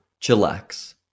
Chillax